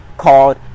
called